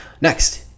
next